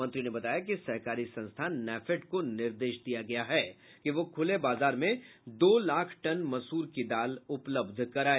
मंत्री ने बताया कि सहकारी संस्था नैफेड को निर्देश दिया गया है कि वह खुले बाजार में दो लाख टन मसूर की दाल उपलब्ध कराए